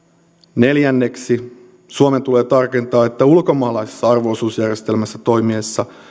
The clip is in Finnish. neljänneksi suomen tulee tarkentaa että ulkomaalaisessa arvo osuusjärjestelmässä toimittaessa